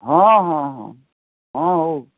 ହଁ ହଁ ହଁ ହଁ ହଉ